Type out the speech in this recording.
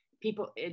People